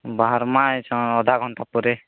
ବାହାରମା ଏ ଅଧା ଘଣ୍ଟା ପରେ